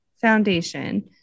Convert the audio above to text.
Foundation